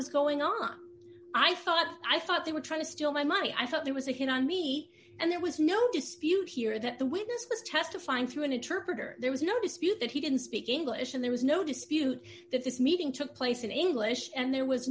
was going on i thought i thought they were trying to steal my money i thought there was a hit on me and there was no dispute here that the witness ringback was testifying through an interpreter there was no dispute that he didn't speak english and there was no dispute that this meeting took place in english and there was